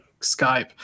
skype